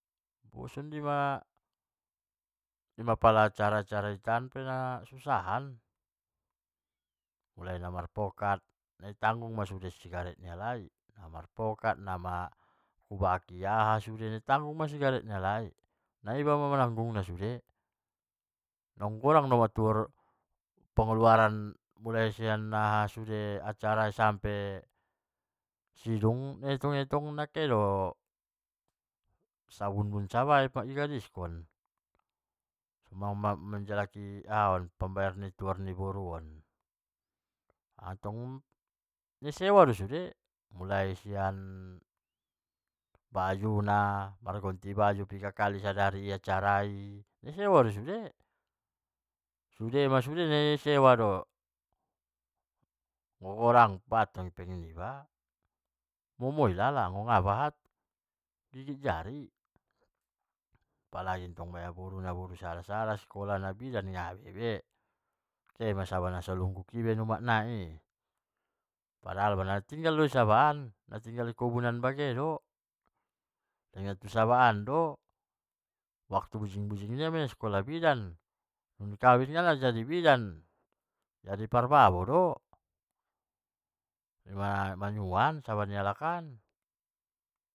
Son dima, inma pala acara-acara dihitaan pe nasusahan, mulai namarpokat itanggung ma sude sigaret ni halai. marpokat ibaki aha sude itanggung ma sude sigaret ni halai, naiba ma mananggung na sude, naung godang ma tuhor pengeluaran mulai sian aha na aha sude acara sampe dung sidung i etong-etong dung kehe do sabun-bun pagae dung di gadiskon, naung manajalaki aha on, pambayar ni tuor ni boru on, attong nai sewa do sude mulai sian baju na pargotti baju piga kali acara i, na di sewa do sude, sude ma isewa do magodang, bahat hepeng niba momo ilala, muda nda bahat lek icari, apalagi tong baya boru sada-sada sikola na bidan nadaibe. kehe ma saba na sattumpuk i i baen umak nai i, padahal natinggal o di sabaan na tinggal di kobun an bage do, natu sabaan do, waktu bujing-bujing ia i baen sikola bidan, dung kawin ia nda jaid bidan, jadi parbabo do ima manyuan di saba ni halak an.